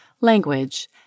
Language